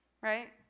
right